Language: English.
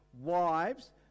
Wives